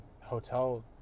hotel